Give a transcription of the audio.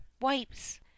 wipes